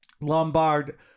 Lombard